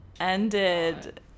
ended